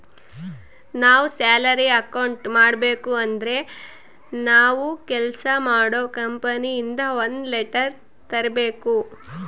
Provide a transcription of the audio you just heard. ನಾವ್ salary account ಮಾಡಬೇಕು ಅಂದ್ರೆ ನಾವು ಕೆಲ್ಸ ಮಾಡೋ ಕಂಪನಿ ಇಂದ ಒಂದ್ ಲೆಟರ್ ತರ್ಬೇಕು